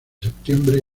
septiembre